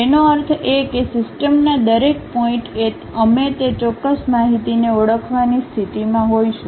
તેનો અર્થ એ કે સિસ્ટમના દરેક પોઇન્ટએ અમે તે ચોક્કસ માહિતીને ઓળખવાની સ્થિતિમાં હોઈશું